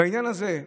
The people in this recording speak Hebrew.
בעניין הזה,